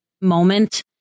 moment